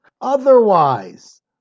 Otherwise